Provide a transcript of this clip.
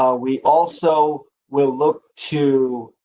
ah we also will look to.